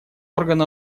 орган